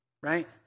Right